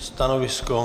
Stanovisko?